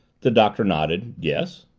the doctor nodded. yes.